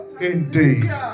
indeed